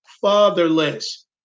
fatherless